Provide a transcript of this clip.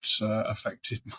affected